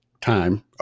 time